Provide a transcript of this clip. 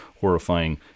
horrifying